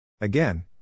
Again